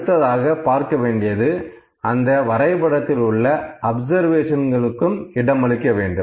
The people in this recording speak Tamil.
அடுத்ததாக பார்க்க வேண்டியது அந்த வரைபடத்தில் எல்லா அப்சர்வேஷன்களுக்கும் இடமளிக்க வேண்டும்